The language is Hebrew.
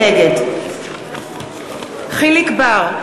נגד יחיאל חיליק בר,